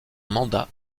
mandat